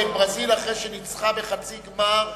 ברזיל, אחרי שניצחה בחצי גמר,